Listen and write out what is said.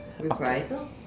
Reprisal